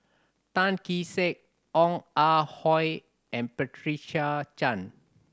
Tan Kee Sek Ong Ah Hoi and Patricia Chan